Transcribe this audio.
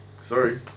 sorry